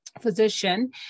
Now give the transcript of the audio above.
physician